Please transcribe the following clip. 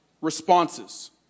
responses